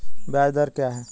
ब्याज दर क्या है?